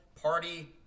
Party